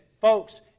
folks